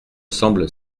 semble